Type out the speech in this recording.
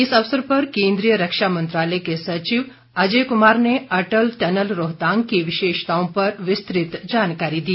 इस अवसर पर केन्द्रीय रक्षा मंत्रालय के सचिव अजय कुमार ने अटल टनल रोहतांग की विशेषताओं पर विस्तृत जानकारी दी